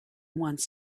once